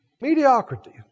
mediocrity